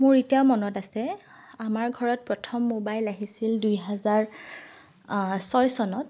মোৰ এতিয়াও মনত আছে আমাৰ ঘৰত প্ৰথম মোবাইল আহিছিল দুই হাজাৰ ছয় চনত